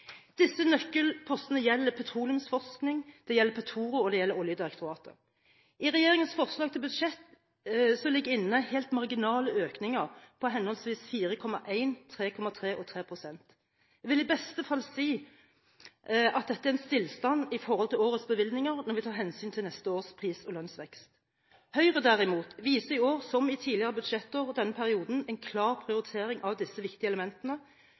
Disse nøkkelpostene gjelder petroleumsforskning, det gjelder Petoro og det gjelder Oljedirektoratet. I regjeringens forslag til budsjett ligger det inne helt marginale økninger på henholdsvis 4,1 pst., 3,3 pst. og 3 pst. Jeg vil i beste fall si at dette er en stillstand i forhold til årets bevilgninger når vi tar hensyn til neste års pris- og lønnsvekst. Høyre derimot viser i år som i tidligere budsjettår denne perioden, en klar prioritering av disse viktige elementene